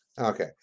Okay